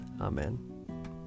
Amen